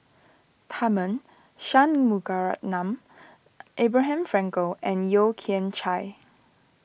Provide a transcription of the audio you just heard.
Tharman Shanmugaratnam Abraham Frankel and Yeo Kian Chye